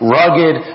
rugged